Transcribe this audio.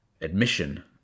admission